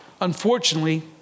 Unfortunately